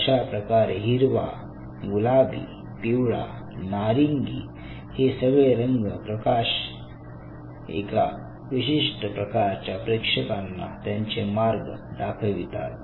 अशाप्रकारे हिरवा गुलाबी पिवळा नारिंगी हे सगळे रंग प्रकाश एका विशिष्ट प्रकारच्या प्रेक्षकांना त्यांचे मार्ग दाखवितात